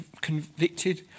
convicted